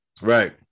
Right